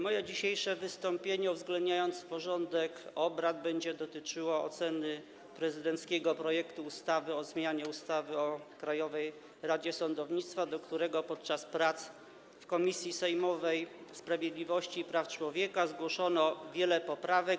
Moje dzisiejsze wystąpienie, uwzględniając porządek obrad, będzie dotyczyło oceny prezydenckiego projektu ustawy o zmianie ustawy o Krajowej Radzie Sądownictwa, do którego podczas prac w sejmowej Komisji Sprawiedliwości i Praw Człowieka zgłoszono wiele poprawek.